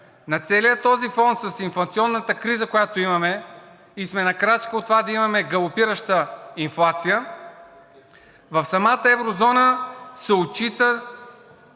На целия този фон с инфлационната криза, която имаме, и сме на крачка от това да имаме галопираща инфлация, в самата еврозона се отчита